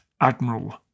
Admiral